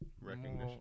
recognition